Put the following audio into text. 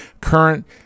current